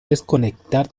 desconectar